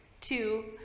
Two